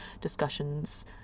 discussions